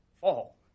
fall